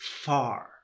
far